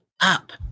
up